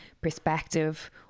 perspective